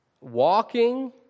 walking